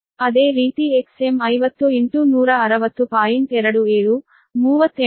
ಅದೇ ರೀತಿ Xm 50 160